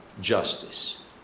justice